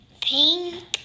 Pink